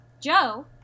Joe